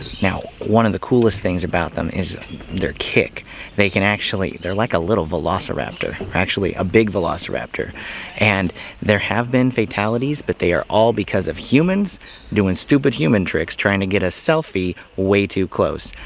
now one of the coolest things about them is their kick they can actually they're like a little velociraptor, actually a big velociraptor and there have been fatalities but they are all because of humans doing stupid human tricks, trying to get a selfie way too close.